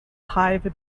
hive